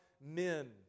men